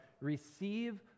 Receive